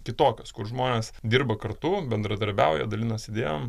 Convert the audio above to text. kitokios kur žmonės dirba kartu bendradarbiauja dalinasi idėjom